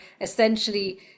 essentially